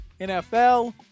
nfl